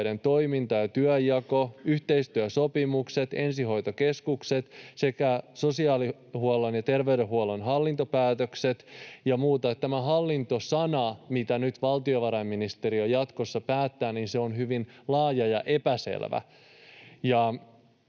toiminta ja työnjako, yhteistyösopimukset, ensihoitokeskukset sekä sosiaalihuollon ja terveydenhuollon hallintopäätökset ja muuta. Eli tämä hallinto-sana, eli mitä nyt valtiovarainministeriö jatkossa päättää, on hyvin laaja ja epäselvä.